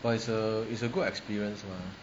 but it's a it's a good experience mah